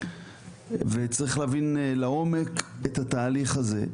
צריך להבין לעומק את התהליך הזה.